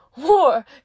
War